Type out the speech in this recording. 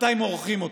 מתי מורחים אותי,